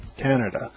Canada